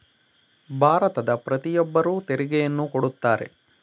ಭಾರತದ ಪ್ರತಿಯೊಬ್ಬರು ತೆರಿಗೆಯನ್ನು ಕೊಡುತ್ತಾರೆ